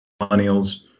millennials